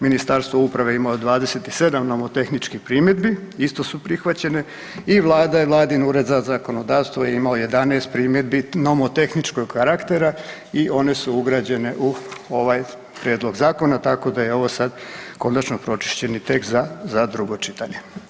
Ministarstvo uprave imalo je 27 nomotehničkih primjedbi, isto su prihvaćene i Vlada i Vladin Ured za zakonodavstvo je imalo 11 primjedbi nomotehničkog karaktera i one su ugrađene u ovaj Prijedlog zakona, tako da je ovo sad konačno pročišćeni tekst za drugo čitanje.